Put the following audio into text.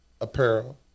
Apparel